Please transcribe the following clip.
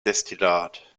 destillat